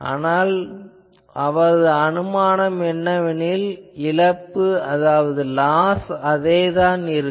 ஆனால் அவரது அனுமானம் என்னவென்றால் இழப்பு லாஸ் அதேதான் இருக்கும்